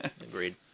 Agreed